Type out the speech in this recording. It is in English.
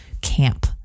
camp